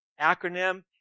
acronym